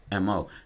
MO